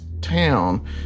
town